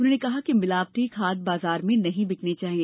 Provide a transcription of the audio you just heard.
उन्होंने कहा कि मिलावटी खाद बाजार में नहीं बिकना चाहिए